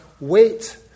wait